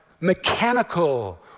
mechanical